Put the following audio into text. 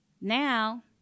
Now